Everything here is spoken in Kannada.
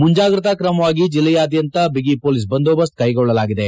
ಮುಂಜಾಗ್ರತೆ ಕ್ರಮವಾಗಿ ಜಿಲ್ಲೆಯಾದ್ಯಂತ ಬಿಗಿ ಪೊಲೀಸ್ ಬಂದೂಬಸ್ತ್ ಕೈಗೊಳ್ಳಲಾಗಿದೆ